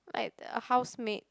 like the house maid